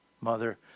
Mother